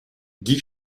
guy